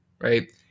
Right